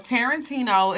Tarantino